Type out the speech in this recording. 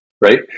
right